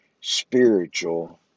spiritual